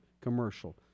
commercial